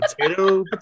potato